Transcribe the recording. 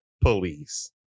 police